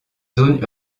zone